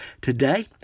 Today